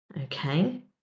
Okay